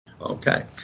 Okay